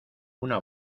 una